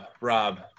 rob